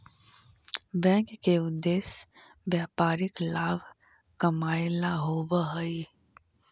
bank के उद्देश्य व्यापारिक लाभ कमाएला होववऽ हइ